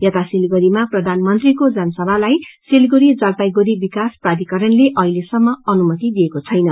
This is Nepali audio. यता सिलगड़ीमा प्रधानमंत्रीको जनसभालाई सिलगड़ी जलपाईगुड़ी विकास प्राधिकारणले अहिलेसम्म अनुमति दिएको छैन